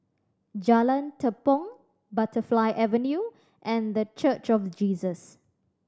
Jalan Tepong Butterfly Avenue and The Church of Jesus